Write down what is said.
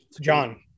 John